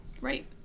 Right